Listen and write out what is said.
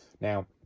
Now